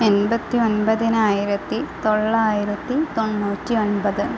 എൺപത്തി ഒമ്പതിനായിരത്തി തൊള്ളായിരത്തി തൊണ്ണൂറ്റി ഒൻപത്